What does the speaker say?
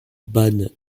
bad